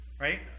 right